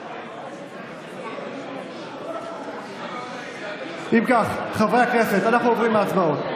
61. אם כך, חברי הכנסת, אנחנו עוברים להצבעות.